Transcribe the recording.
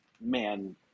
man